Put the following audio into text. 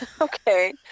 Okay